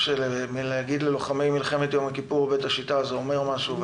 להגיד "לוחמי מלחמת יום הכיפור בית השיטה" זה אומר משהו,